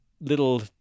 little